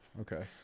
Okay